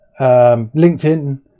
LinkedIn